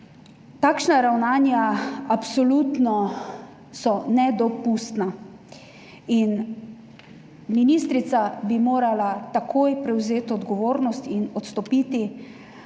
Takšna ravnanja absolutno so nedopustna in ministrica bi morala takoj prevzeti odgovornost in odstopiti,